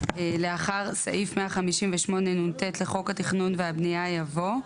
לאחר סעיף 158נט לחוק התכנון והבניה יבוא: